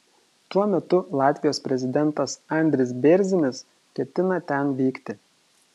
tuo metu latvijos prezidentas andris bėrzinis ketina ten vykti